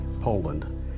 Poland